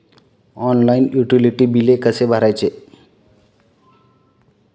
Online utility बिले कसे भरायचे?